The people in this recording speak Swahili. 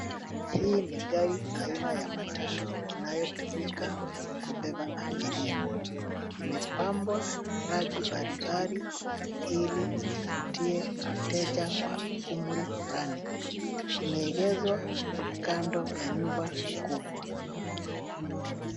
Hii ni gari aina ya matatu inayotumika kubeba abiria. Imepambwa rangi mbalimbali ili ivutie wateja wa umri fulani. Imeegezwa kando ya nyumba kubwa.